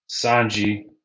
Sanji